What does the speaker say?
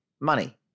Money